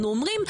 אנחנו אומרים,